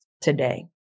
today